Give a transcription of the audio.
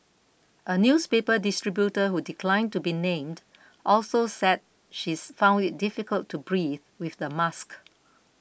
a newspaper distributor who declined to be named also said she's found it difficult to breathe with the mask